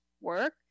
work